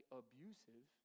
abusive